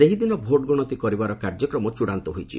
ସେହିଦିନ ଭୋଟ୍ ଗଣତି କରିବାର କାର୍ଯ୍ୟକ୍ରମ ଚୂଡ଼ାନ୍ତ ହୋଇଛି